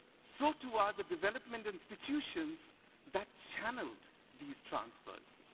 so too are the development institutions that channeled these transfers.